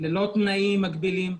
ללא תנאים מגבילים.